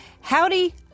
Howdy